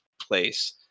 place